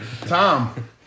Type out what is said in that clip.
Tom